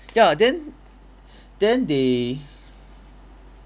ya then then they